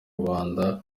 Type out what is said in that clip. rwanda